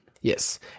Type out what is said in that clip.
Yes